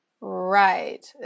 Right